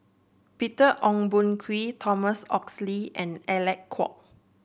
Peter Ong Boon Kwee Thomas Oxley and Alec Kuok